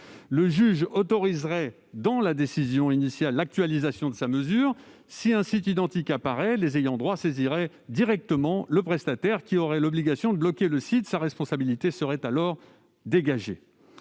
Le juge autoriserait, dans la décision initiale, l'actualisation de sa mesure. Si un site identique apparaissait, les ayants droit saisiraient directement le prestataire, qui aurait l'obligation de bloquer le site ; sa responsabilité serait alors dégagée.